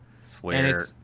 Swear